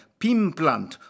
pimplant